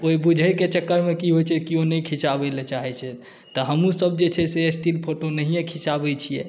ओहि बुझैके चक्करमे की होइ छै किओ नहि खिचाबै लए चाहै छै तऽ हमहूँसभ जे छै से स्टिल फ़ोटो स्टिल फ़ोटो नहिए खिचाबै छिए